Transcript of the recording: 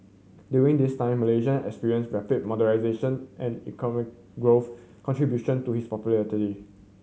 during this time Malaysia experienced rapid modernisation and economic growth contribution to his popularity